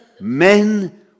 men